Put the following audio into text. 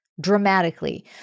dramatically